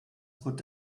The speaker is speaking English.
good